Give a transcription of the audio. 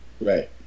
Right